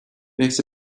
makes